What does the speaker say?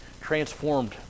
transformed